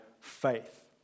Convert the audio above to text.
faith